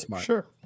Sure